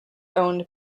owned